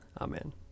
Amen